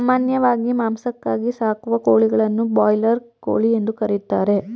ಸಾಮಾನ್ಯವಾಗಿ ಮಾಂಸಕ್ಕಾಗಿ ಸಾಕುವ ಕೋಳಿಗಳನ್ನು ಬ್ರಾಯ್ಲರ್ ಕೋಳಿ ಎಂದು ಕರಿತಾರೆ